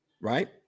right